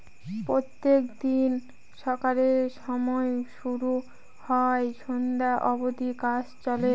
প্রত্যেক দিন সকালের সময় শুরু হয় সন্ধ্যা অব্দি কাজ চলে